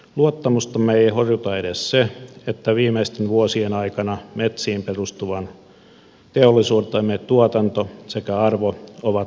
luottamustamme ei horjuta edes se että viimeisten vuosien aikana metsiin perustuvan teollisuutemme tuotanto sekä arvo ovat laskeneet